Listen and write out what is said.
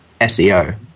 SEO